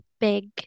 big